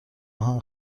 آهن